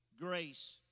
grace